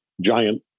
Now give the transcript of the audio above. giant